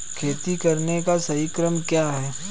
खेती करने का सही क्रम क्या है?